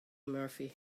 murphy